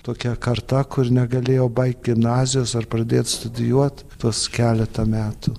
tokia karta kur negalėjo baigt gimnazijos ar pradėt studijuot tuos keletą metų